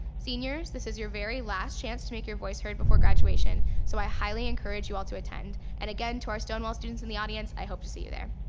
seniors, this is your very last chance to make your voice heard before graduation, so i highly encourage you all to attend, and again to our stonewall students in the audience, i hope to see you there.